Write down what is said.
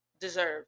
deserve